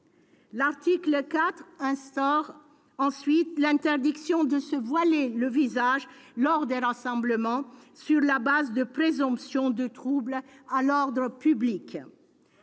L'article 4 instaure l'interdiction de se voiler le visage lors des rassemblements, sur la base de présomptions de troubles à l'ordre public.